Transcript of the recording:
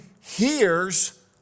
hears